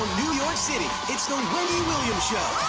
new york city, it's the um wendy williams show